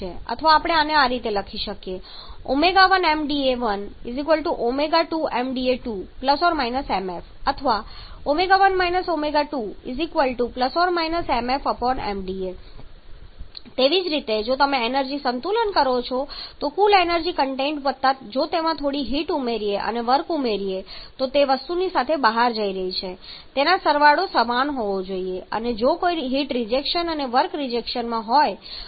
અથવા આપણે આને આ રીતે લખી શકીએ 1ṁda 1 2 ṁda 2 ṁf અથવા ṁfṁda તેવી જ રીતે જો તમે એનર્જી સંતુલન કરો છો તો કુલ એનર્જી કન્ટેન્ટ વત્તા જો તેમાં થોડી હીટ ઉમેરી અને વર્ક ઉમેર્યું હોય તો તે જે વસ્તુની સાથે બહાર જઈ રહી છે તેના સરવાળો સમાન હોવો જોઈએ અને જો કોઈ હીટ રિજેક્શન અને વર્ક રિજેક્શન હોય તો